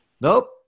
nope